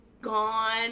gone